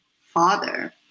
father